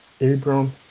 Abram